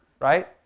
right